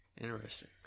Interesting